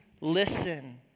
listen